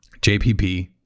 JPP